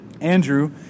Andrew